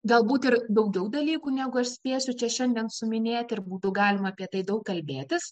galbūt ir daugiau dalykų negu aš spėsiu čia šiandien suminėti ir būtų galima apie tai daug kalbėtis